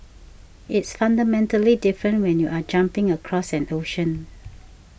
it's fundamentally different when you're jumping across an ocean